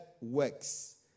works